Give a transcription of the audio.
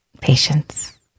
Patience